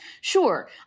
Sure